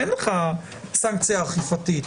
אין לך סנקציה אכיפתית.